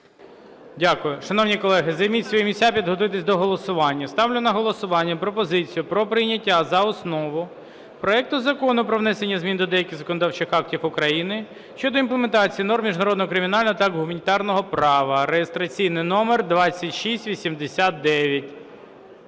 Дякую. Шановні колеги, займіть свої місця, підготуйтесь до голосування. Ставлю на голосування пропозицію про прийняття за основу проекту Закону про внесення змін до деяких законодавчих актів України щодо імплементації норм міжнародного кримінального та гуманітарного права (реєстраційний номер 2689).